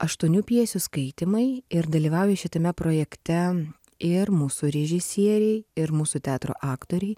aštuonių pjesių skaitymai ir dalyvauja šitame projekte ir mūsų režisieriai ir mūsų teatro aktoriai